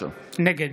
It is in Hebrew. נגד